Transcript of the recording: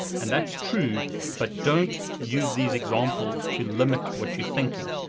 and that's true but don't use these examples to limit what you're thinking.